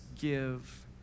give